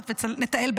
בעיניי,